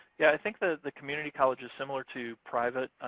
yeah, i think the community college is similar to private,